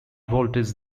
voltage